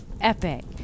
epic